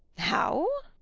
how!